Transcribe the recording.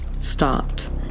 stopped